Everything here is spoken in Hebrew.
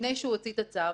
לפני שהוא הוציא את הצו,